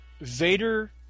Vader